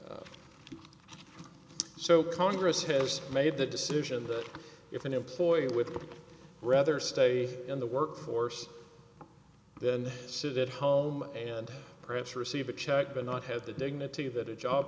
so congress has made the decision that if an employee with rather stay in the workforce then sit at home and perhaps receive a check but not have the dignity that a job